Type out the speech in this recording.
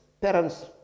parents